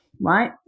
Right